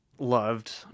loved